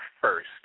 first